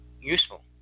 Useful